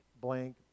blank